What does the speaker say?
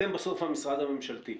אתם בסוף המשרד הממשלתי.